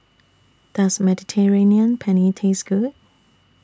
Does Mediterranean Penne Taste Good